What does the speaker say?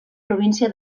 província